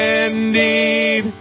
indeed